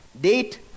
date